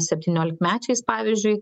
septyniolikmečiais pavyzdžiui